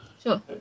Sure